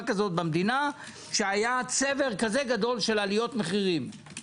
הם ימשיכו הלאה באותו אורח חיים ראוותן וכו'.